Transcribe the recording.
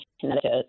Connecticut